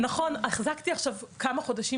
נכון, החזקתי עכשיו מעמד כמה חודשים,